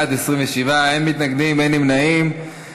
התשע"ד 2014,